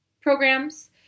programs